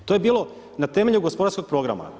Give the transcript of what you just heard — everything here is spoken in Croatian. To je bilo na temelju gospodarskog programa.